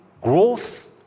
growth